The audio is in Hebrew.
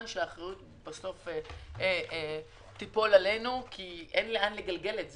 שהאחריות בסוף תיפול עלינו כי אין לאן לגלגל את זה.